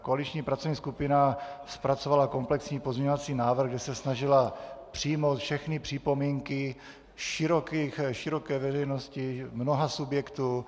Koaliční pracovní skupina zpracovala komplexní pozměňovací návrh, kde se snažila přijmout všechny připomínky široké veřejnosti, mnoha subjektů.